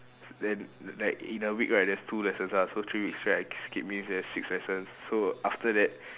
then like in a week right there's two lessons lah so three weeks right I skip means there's six lessons so after that